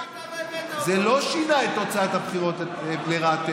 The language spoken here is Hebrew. זה לא שינה את תוצאת הבחירות לרעתנו.